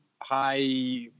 high